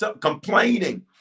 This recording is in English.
complaining